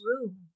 room